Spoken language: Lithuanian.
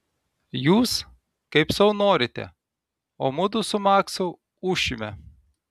jūs kaip sau norite o mudu su maksu ūšime